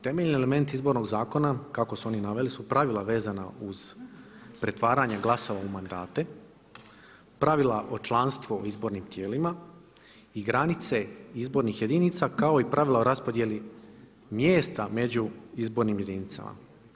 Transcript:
Temeljni elementi izbornog zakona kako su oni naveli, su pravila vezana uz pretvaranje glasova u mandate, pravila o članstvu u izbornim tijelima i granice izbornih jedinica, kao i pravila o raspodjeli mjesta među izbornim jedinicama.